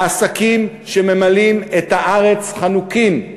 העסקים שממלאים את הארץ חנוקים.